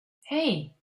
hei